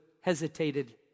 hesitated